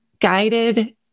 guided